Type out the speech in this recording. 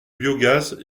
biogaz